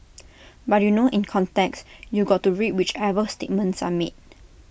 but you know in context you got to read whichever statements are made